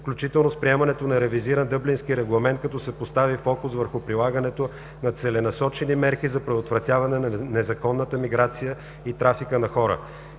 включително с приемането на ревизиран Дъблински регламент, като се постави фокус върху прилагането на целенасочени мерки за предотвратяване на незаконната миграция и трафика на хора;